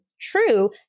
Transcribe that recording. true